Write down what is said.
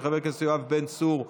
של חבר הכנסת יואב בן צור,